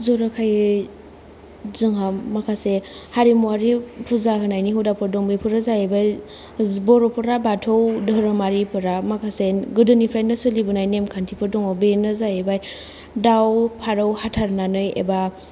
जर'खायै जोंहा माखासे हारिमुआरि फुजा होनायनि हुदाफोर दं बेफोरो जाहैबाय बर'फोरा बाथौ धोरोमारिफोरा माखासे गोदोनिफ्रायनो सोलिबोनाय नेमखान्थिफोर दङ बेनो जाहैबाय दाव फारौ हाथारनानै एबा